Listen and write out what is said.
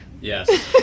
Yes